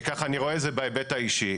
כך אני רואה את זה בהיבט האישי.